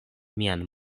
mian